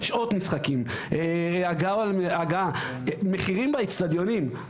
שעות משחקים, הגעה, מחירים באצטדיונים.